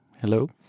Hello